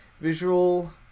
visual